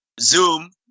Zoom